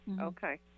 Okay